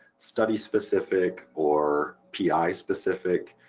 study specific or pi specific